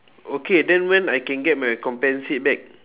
okay then when I can get my compensate back